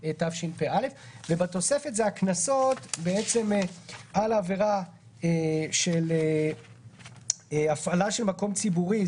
בתוספת זה הקנסות על העבירה של הפעלה של מקום ציבורי.